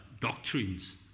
doctrines